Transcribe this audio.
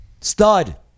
Stud